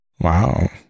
Wow